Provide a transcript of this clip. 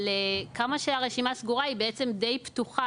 אבל כמה שהרשימה סגורה היא בעצם די פתוחה.